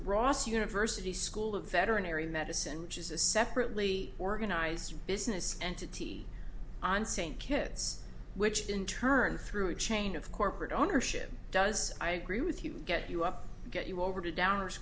ross university school of veterinary medicine which is a separately organized business entity on st kitts which in turn through a chain of corporate ownership does i agree with you get you up get you over to downer